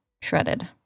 shredded